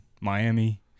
Miami